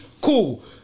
cool